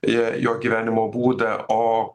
jo jo gyvenimo būdą o